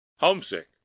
Homesick